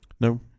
No